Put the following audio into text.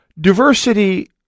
diversity